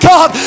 God